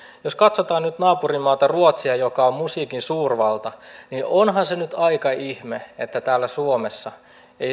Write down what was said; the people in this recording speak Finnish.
jos katsotaan nyt naapurimaata ruotsia joka on musiikin suurvalta niin onhan se aika ihme että täällä suomessa